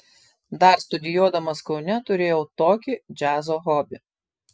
dar studijuodamas kaune turėjau tokį džiazo hobį